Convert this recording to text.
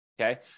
okay